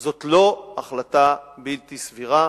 זאת לא החלטה בלתי סבירה.